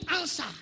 answer